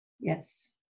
yes